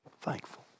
Thankful